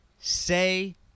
say